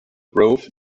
grove